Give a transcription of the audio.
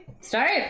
Start